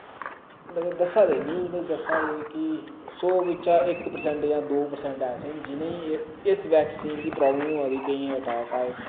मतल दस्सा दे न्यूज बिच दस्सा दे कि सौ बिचा इक परसैंट यां दो परसैंट ऐसे न जिन्हें ही एह् इस्स वैक्सीन दी प्राब्लम होआ दी केइयै अटैक आये